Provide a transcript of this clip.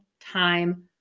time